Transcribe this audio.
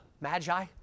magi